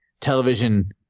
television